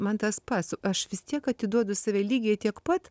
man tas pats aš vis tiek atiduodu save lygiai tiek pat